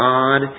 God